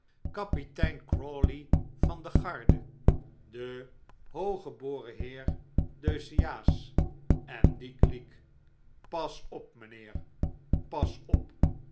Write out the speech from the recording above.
kapitein crawley van de garde den hooggeboren heer deuceace en die kliek pas op mijnheer pas op